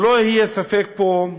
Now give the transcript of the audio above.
שלא יהיה ספק פה,